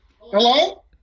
Hello